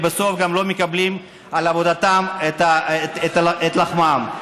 ובסוף גם לא מקבלים על עבודתם את לחמם.